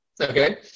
Okay